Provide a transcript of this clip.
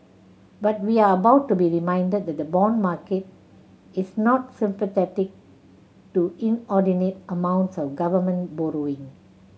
but we are about to be reminded that the bond market is not sympathetic to inordinate amounts of government borrowing